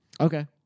Okay